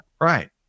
Right